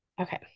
Okay